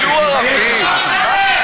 תתבייש לך אתה.